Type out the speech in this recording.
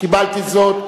קיבלתי זאת.